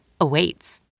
awaits